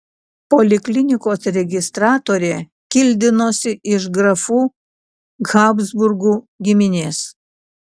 poliklinikos registratorė kildinosi iš grafų habsburgų giminės